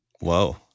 Whoa